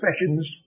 expressions